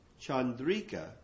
Chandrika